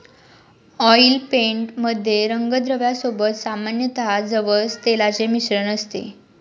oil paint मध्ये रंगद्रव्या सोबत सामान्यतः जवस तेलाचे मिश्रण असते